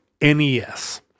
NES